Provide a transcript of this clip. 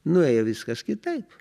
nuėjo viskas kitaip